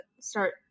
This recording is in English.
start